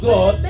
God